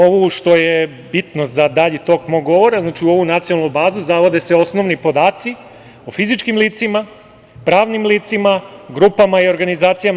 Ono što je bitno za dalji tok mog govora, znači, u ovu Nacionalnu bazu zavode se osnovni podaci o fizičkim licima, pravnim licima, grupama i organizacijama.